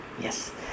Yes